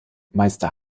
meister